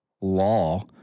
law